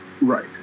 Right